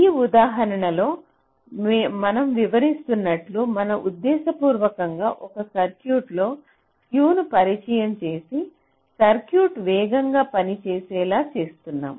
ఈ ఉదాహరణలో మేము వివరించినట్లు మనం ఉద్దేశపూర్వకంగా ఒక సర్క్యూట్లో స్క్యు ను పరిచయం చేసి సర్క్యూట్ వేగంగా పని చేసేలా చేస్తున్నాం